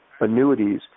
annuities